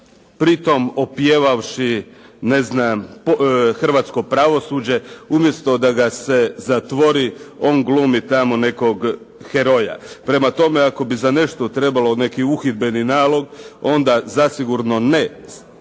pritom opjevavši ne znam hrvatsko pravosuđe, umjesto da ga se zatvori on glumi tamo nekog heroja. Prema tome ako bi za nešto trebalo neki uhidbeni nalog onda zasigurno ne iz